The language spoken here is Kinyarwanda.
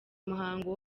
umuhango